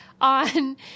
on